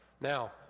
now